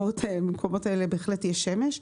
ובמקומות האלה בהחלט יש שמש,